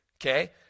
Okay